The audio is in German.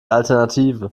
alternative